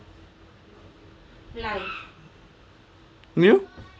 you